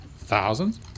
thousands